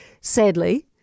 Sadly